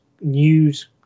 news